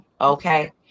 Okay